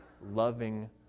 loving